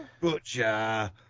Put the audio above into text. Butcher